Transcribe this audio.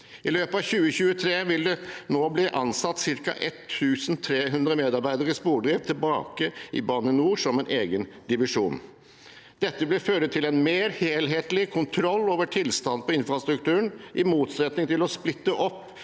I løpet av 2023 vil det bli ansatt ca. 1 300 medarbeidere i Spordrift, som er tilbake som en egen divisjon i Bane NOR. Dette vil føre til en mer helhetlig kontroll over tilstanden på infrastrukturen, i motsetning til å splitte opp